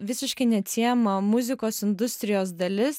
visiškai neatsiejama muzikos industrijos dalis